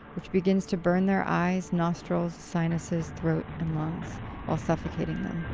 which begins to burn their eyes, nostrils, sinuses, throat and lungs while suffocating them.